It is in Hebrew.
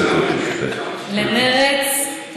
עשר דקות לרשותך, גברתי.